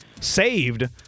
saved